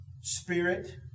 spirit